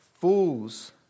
Fools